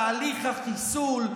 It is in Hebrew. תהליך החיסול,